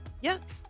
Yes